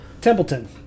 Templeton